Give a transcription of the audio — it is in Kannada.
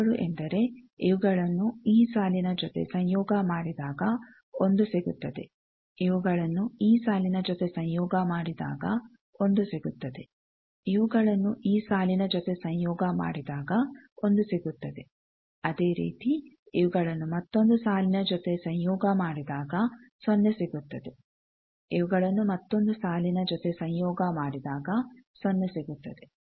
ಸಾಲುಗಳು ಎಂದರೆ ಇವುಗಳನ್ನು ಈ ಸಾಲಿನ ಜೊತೆ ಸಂಯೋಗ ಮಾಡಿದಾಗ ಒಂದು ಸಿಗುತ್ತದೆ ಇವುಗಳನ್ನು ಈ ಸಾಲಿನ ಜೊತೆ ಸಂಯೋಗ ಮಾಡಿದಾಗ ಒಂದು ಸಿಗುತ್ತದೆ ಇವುಗಳನ್ನು ಈ ಸಾಲಿನ ಜೊತೆ ಸಂಯೋಗ ಮಾಡಿದಾಗ ಒಂದು ಸಿಗುತ್ತದೆ ಅದೇ ರೀತಿ ಇವುಗಳನ್ನು ಮತ್ತೊಂದು ಸಾಲಿನ ಜೊತೆ ಸಂಯೋಗ ಮಾಡಿದಾಗ ಸೊನ್ನೆ ಸಿಗುತ್ತದೆ ಇವುಗಳನ್ನು ಮತ್ತೊಂದು ಸಾಲಿನ ಜೊತೆ ಸಂಯೋಗ ಮಾಡಿದಾಗ ಸೊನ್ನೆ ಸಿಗುತ್ತದೆ